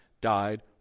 died